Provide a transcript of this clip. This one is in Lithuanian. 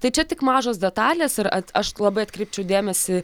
tai čia tik mažos detalės ir at aš labai atkreipčiau dėmesį